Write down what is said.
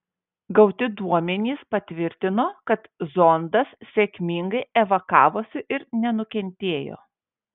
gauti duomenys patvirtino kad zondas sėkmingai evakavosi ir nenukentėjo